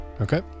Okay